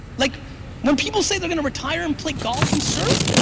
like when people say they're gonna retire and play golf and surf,